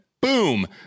boom